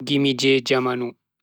Gimi je jamanu